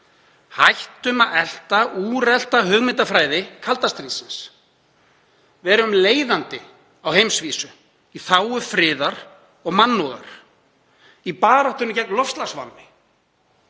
Hættum að elta úrelta hugmyndafræði kalda stríðsins. Verum leiðandi á heimsvísu í þágu friðar og mannúðar, í baráttunni gegn loftslagsvánni.